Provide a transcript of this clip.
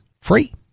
free